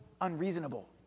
unreasonable